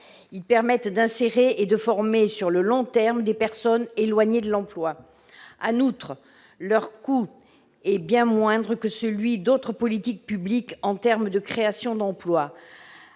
Ils permettent d'insérer et de former sur le long terme des personnes éloignées de l'emploi. En outre, leur coût est bien moindre que celui d'autres politiques publiques en termes de créations d'emplois.